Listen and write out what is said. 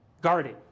guarding